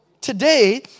today